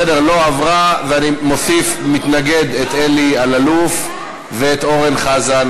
ואני מוסיף מתנגד, את אלי אלאלוף ואת אורן חזן.